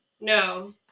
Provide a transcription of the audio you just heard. No